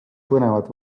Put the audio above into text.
põnevat